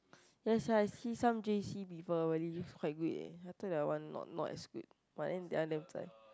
yeah sia I see some J_C people really live quite good eh I thought that one not not as good but then that one damn zai